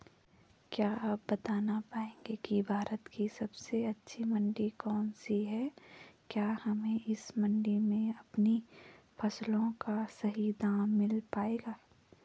क्या आप बताना पाएंगे कि भारत की सबसे अच्छी मंडी कौन सी है क्या हमें इस मंडी में अपनी फसलों का सही दाम मिल पायेगा?